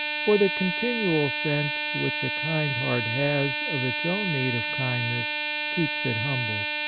for the continual sense which a kind heart has of its own need of kindness keeps it humble.